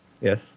Yes